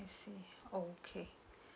I see okay